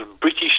British